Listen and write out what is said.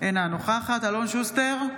אינה נוכחת אלון שוסטר,